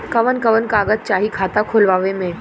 कवन कवन कागज चाही खाता खोलवावे मै?